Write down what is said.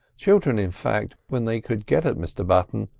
children, in fact, when they could get at mr button,